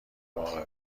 باغ